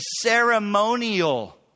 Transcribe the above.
ceremonial